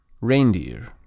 Reindeer